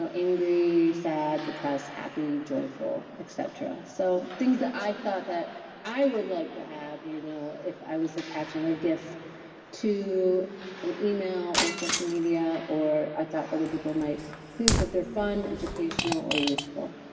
angry, sad, depressed, happy, joyful, et cetera. so things that i thought that i would like to have you know if i was attaching a gif to an email or social media or i thought other people might think that they're fun, educational or useful.